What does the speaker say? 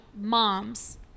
moms